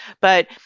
But-